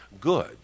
good